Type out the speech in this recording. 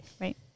Right